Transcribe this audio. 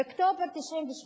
באוקטובר 1998